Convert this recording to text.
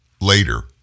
later